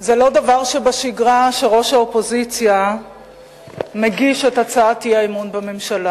זה לא דבר שבשגרה שראש האופוזיציה מגיש את הצעת האי-אמון בממשלה.